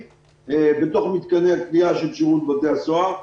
בתוך מתקני הכליאה של שירות בתי הסוהר.